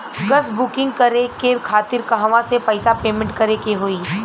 Gas booking करे के खातिर कहवा से पैसा पेमेंट करे के होई?